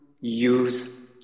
use